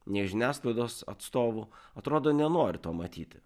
nei žiniasklaidos atstovų atrodo nenori to matyti